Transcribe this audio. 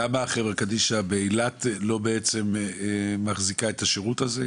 את יודעת למה החברה קדישא באילת לא מחזיקה את השירות הזה,